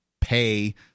pay